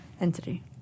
entity